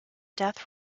death